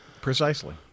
Precisely